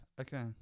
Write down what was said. okay